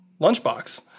Lunchbox